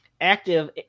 active